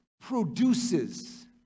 produces